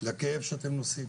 לכאב שאתם נושאים